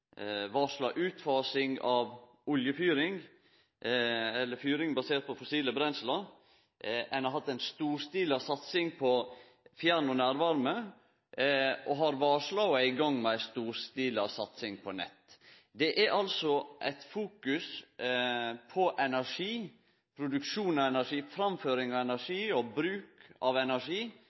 varsla utfasing av fyring basert på fossile brensler, ein har hatt ei storstila satsing på fjern- og nærvarme og har varsla og er i gang med ei storstila satsing på nett. Det er altså eit fokus på energi, produksjon av energi, framføring av energi og bruk av energi